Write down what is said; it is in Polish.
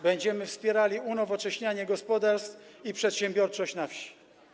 Będziemy wspierali unowocześnianie gospodarstw i przedsiębiorczość na wsi.